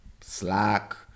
Slack